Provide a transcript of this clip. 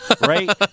right